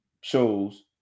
shows